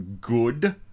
good